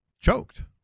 choked